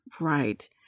right